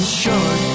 short